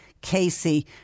Casey